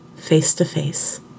face-to-face